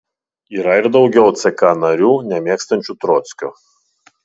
yra ir daugiau ck narių nemėgstančių trockio